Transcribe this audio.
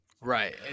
Right